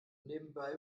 nebenbei